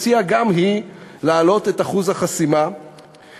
הציעה גם היא להעלות את אחוז החסימה והסבירה,